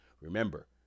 Remember